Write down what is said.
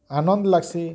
ଆନନ୍ଦ୍ ଲାଗ୍ସି